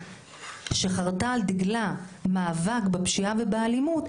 שחרתה על דגלה מאבק בפשיעה ובאלימות,